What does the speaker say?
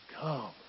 Come